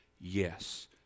yes